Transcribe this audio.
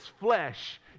flesh